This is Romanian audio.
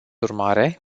urmare